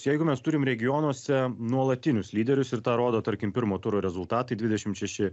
jeigu mes turim regionuose nuolatinius lyderius ir tą rodo tarkim pirmo turo rezultatai dvidešimt šeši